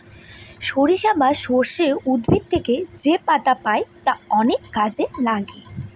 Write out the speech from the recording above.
সরিষা বা সর্ষে উদ্ভিদ থেকে যেপাতা পাই তা অনেক কাজে লাগে